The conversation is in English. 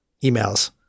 emails